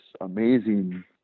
amazing